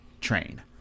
train